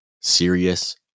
serious